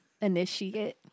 initiate